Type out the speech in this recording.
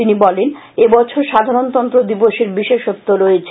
তিনি বলেন এবছর সাধারণতন্ত্র দিবসের বিশেষত্ব রয়েছে